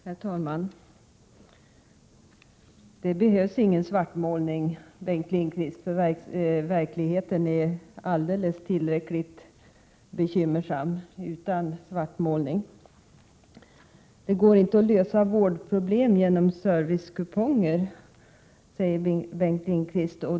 Herr talman! Det behövs ingen svartmålning, Bengt Lindqvist. Verkligheten är alldeles tillräckligt bekymmersam utan svartmålning. Det går inte att lösa vårdproblemen genom servicekuponger, säger Bengt Lindqvist.